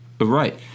Right